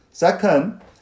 Second